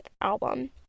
album